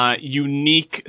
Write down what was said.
Unique